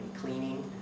cleaning